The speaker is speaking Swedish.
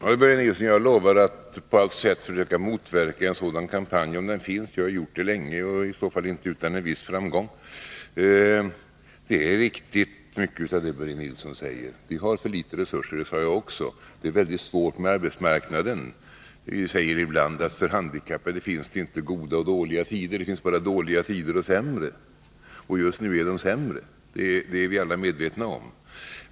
Herr talman! Jag lovar Börje Nilsson att på alla sätt försöka att motverka en sådan kampanj, om den nu finns. Jag har gjort det länge, och i så fall inte utan en viss framgång. Mycket av det som Börje Nilsson säger är riktigt. Vi har för litet av resurser. Det sade jag också. Det är väldigt svårt med arbetsmarknaden. Vi säger ibland att det för handikappade inte finns goda och dåliga tider utan att det bara finns dåliga tider och sämre tider. Just nu är de sämre. Det är vi alla medvetna om.